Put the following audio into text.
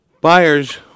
buyers